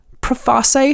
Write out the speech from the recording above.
preface